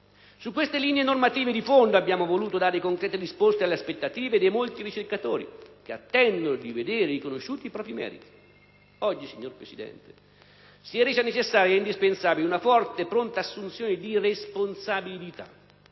Su queste linee normative di fondo abbiamo voluto dare concrete risposte alle aspettative dei molti ricercatori che attendono di vedere riconosciuti i propri meriti. Oggi, signor Presidente, si è resa necessaria ed indispensabile una forte e pronta assunzione di responsabilità.